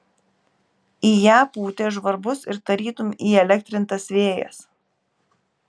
į ją pūtė žvarbus ir tarytum įelektrintas vėjas